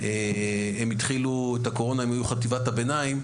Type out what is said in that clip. וכשהתחילה הקורונה הם היו בחטיבת הביניים.